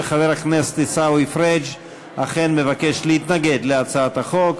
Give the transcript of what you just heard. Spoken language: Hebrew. וחבר הכנסת עיסאווי פריג' אכן מבקש להתנגד להצעת החוק.